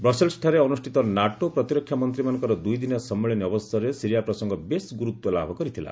ବ୍ରସେଲ୍ସ୍ଠାରେ ଅନୁଷ୍ଠିତ ନାଟୋ ପ୍ରତିରକ୍ଷା ମନ୍ତ୍ରୀମାନଙ୍କର ଦୁଇଦିନିଆ ସମ୍ମିଳନୀ ଅବସରରେ ସିରିଆ ପ୍ରସଙ୍ଗ ବେଶ୍ ଗୁରୁତ୍ୱ ଲାଭ କରିଥିଲା